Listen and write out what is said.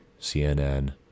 CNN